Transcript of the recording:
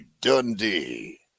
Dundee